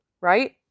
right